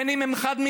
בין אם הם חד-מיניים,